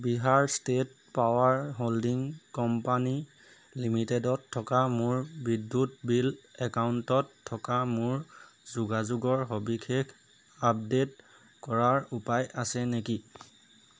Bihar state power holding company লিমিটেডত থকা মোৰ বিদ্যুৎ বিল একাউণ্টত থকা মোৰ যোগাযোগৰ সবিশেষ আপডে'ট কৰাৰ উপায় আছে নেকি